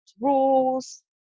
rules